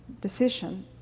decision